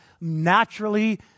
naturally